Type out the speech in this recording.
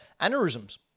aneurysms